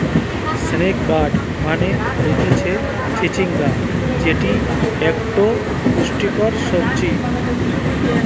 snake gourd মানে হতিছে চিচিঙ্গা যেটি একটো পুষ্টিকর সবজি